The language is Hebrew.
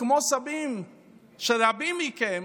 וכמו סבים של רבים מכם,